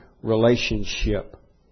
relationship